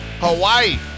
Hawaii